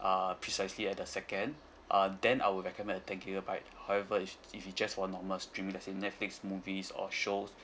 uh precisely at the second uh then I will recommend a ten gigabyte however if if you just want normal streaming let say netflix movies or shows